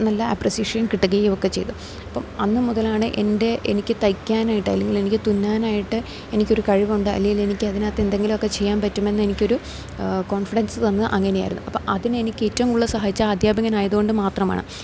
നല്ല അപ്രിസിയേഷൻ കിട്ടുകയും ഒക്കെ ചെയ്തു അപ്പം അന്ന് മുതലാണ് എൻ്റെ എനിക്ക് തയ്ക്കാനായിട്ട് അല്ലെങ്കിൽ എനിക്ക് തുന്നാനായിട്ട് എനിക്ക് ഒരു കഴിവുണ്ട് അല്ലെങ്കിൽ എനിക്ക് അതിനകത്ത് എന്തെങ്കിലും ഒക്കെ ചെയ്യാൻ പറ്റുമെന്ന് എനിക്ക് ഒരു കോൺഫിഡൻസ് തന്ന് അങ്ങനെയായിരുന്നു അപ്പം അതിന് എനിക്ക് ഏറ്റവും കൂടുതൽ സഹായിച്ച അദ്ധ്യാപകനായത് കൊണ്ട് മാത്രമാണ്